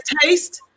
taste